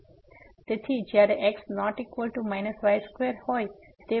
તેથી જ્યારે x≠ y2